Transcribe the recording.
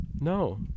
No